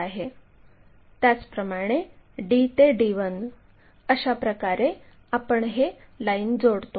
त्याचप्रमाणे d ते d1 अशाप्रकारे आपण या लाईन जोडतो